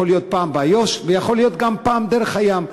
יכול להיות פעם באיו"ש ויכול להיות גם פעם דרך הים.